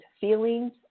feelings